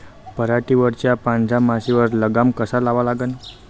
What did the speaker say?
पराटीवरच्या पांढऱ्या माशीवर लगाम कसा लावा लागन?